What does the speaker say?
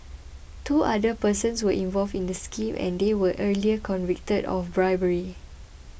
two other persons were involved in the scheme and they were earlier convicted of bribery